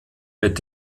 mit